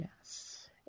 Yes